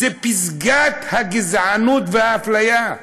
זאת פסגת הגזענות והאפליה.